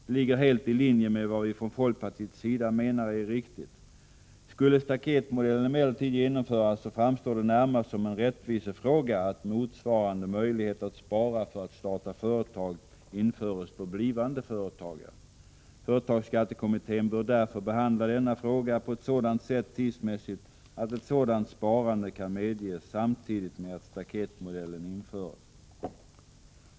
Det ligger helt i linje med vad vi från folkpartiets sida menar är riktigt. Skulle staketmodellen emellertid genomföras framstår det närmast som en rättvisefråga att motsvarande möjlighet att spara för att starta företag införes för blivande företagare. Företagsskattekommittén bör därför behandla denna fråga på ett sådant sätt tidsmässigt att ett sådant sparande kan medges samtidigt med att staketmodellen införes.